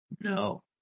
No